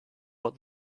what